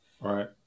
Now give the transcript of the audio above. Right